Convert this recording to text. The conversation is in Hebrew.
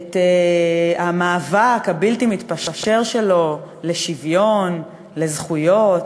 את המאבק הבלתי-מתפשר שלו לשוויון, לזכויות,